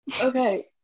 Okay